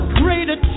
greater